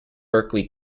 berkeley